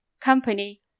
Company